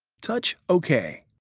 touch ok.